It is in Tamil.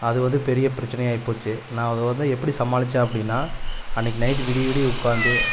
அது வந்து பெரிய பிரச்சனை ஆயிப்போச்சு நான் அதை வந்து எப்படி சமாளிச்சேன் அப்படின்னா அன்னைக்கு நைட் விடிய விடிய உட்காந்து